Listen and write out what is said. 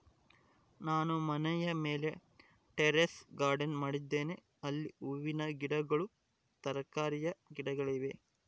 ನಾನು ಮನೆಯ ಮೇಲೆ ಟೆರೇಸ್ ಗಾರ್ಡೆನ್ ಮಾಡಿದ್ದೇನೆ, ಅಲ್ಲಿ ಹೂವಿನ ಗಿಡಗಳು, ತರಕಾರಿಯ ಗಿಡಗಳಿವೆ